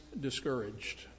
discouraged